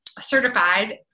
certified